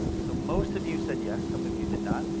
so most of you said yes, some of you did not.